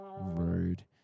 rude